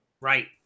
Right